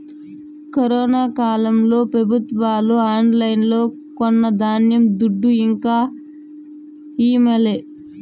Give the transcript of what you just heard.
corona కాలంల పెబుత్వాలు ఆన్లైన్లో కొన్న ధాన్యం దుడ్డు ఇంకా ఈయలే